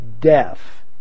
death